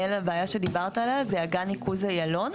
לבעיה שדיברת עליה זה אגן ניקוז איילון.